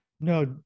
No